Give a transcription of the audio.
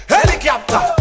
Helicopter